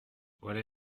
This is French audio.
voilà